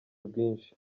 bwinshi